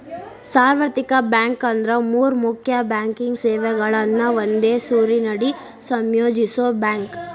ಸಾರ್ವತ್ರಿಕ ಬ್ಯಾಂಕ್ ಅಂದ್ರ ಮೂರ್ ಮುಖ್ಯ ಬ್ಯಾಂಕಿಂಗ್ ಸೇವೆಗಳನ್ನ ಒಂದೇ ಸೂರಿನಡಿ ಸಂಯೋಜಿಸೋ ಬ್ಯಾಂಕ್